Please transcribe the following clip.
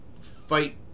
Fight